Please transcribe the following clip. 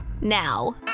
now